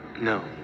No